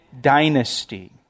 dynasty